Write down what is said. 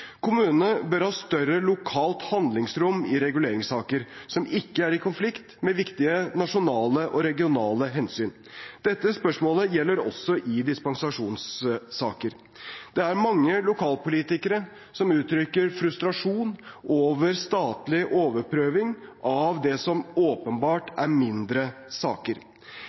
Kommunene bør ha større lokalt handlingsrom i reguleringssaker som ikke er i konflikt med viktige nasjonale og regionale hensyn. Dette spørsmålet gjelder også i dispensasjonssaker. Det er mange lokalpolitikere som uttrykker frustrasjon over statlig overprøving av det som åpenbart er mindre saker.